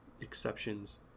exceptions